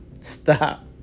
Stop